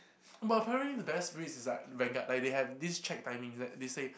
but apparently the best spirits is like Vanguard like they have this check timing like they say